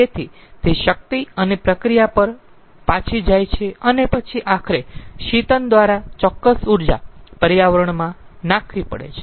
તેથી તે શક્તિ અને પ્રક્રિયા પર પાછી જાય છે અને પછી આખરે શીતન દ્વારા ચોક્કસ ઊર્જા પર્યાવરણમાં નાખવી પડે છે